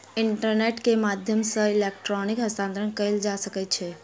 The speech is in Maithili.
इंटरनेट के माध्यम सॅ इलेक्ट्रॉनिक हस्तांतरण कयल जा सकै छै